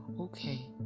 Okay